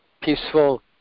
peaceful